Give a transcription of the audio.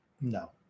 No